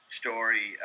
story